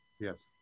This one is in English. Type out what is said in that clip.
Yes